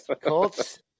Colts